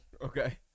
Okay